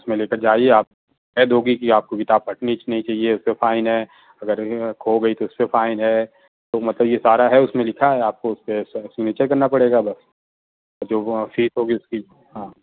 اس میں لے کر جائیے آپ قید ہوگی کہ آپ کو کتاب پھٹنی نہیں چاہیے اس پر فائن ہے اگر کھو گئی تو اس پہ فائن ہے تو مطلب یہ سارا ہے اس میں لکھا ہے آپ کو اس پہ سگنیچر کرنا پڑے گا بس جو فیس ہوگی اس کی ہاں